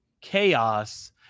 chaos